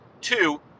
Two